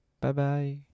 Bye-bye